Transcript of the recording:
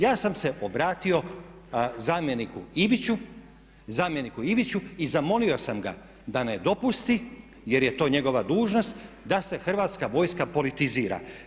Ja sam se obratio zamjeniku Iviću, zamjeniku Iviću i zamolio sam ga da ne dopusti, jer je to njegova dužnost da se Hrvatska vojska politizira.